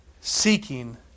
seeking